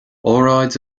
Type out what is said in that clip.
óráid